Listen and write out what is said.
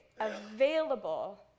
available